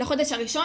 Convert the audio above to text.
בחודש הראשון,